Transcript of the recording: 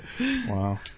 Wow